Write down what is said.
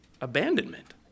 abandonment